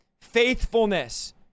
faithfulness